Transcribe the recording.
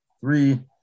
Three –